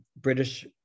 British